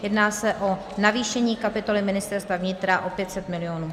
Jedná se o navýšení kapitoly Ministerstva vnitra o 500 milionů.